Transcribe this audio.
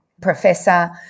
professor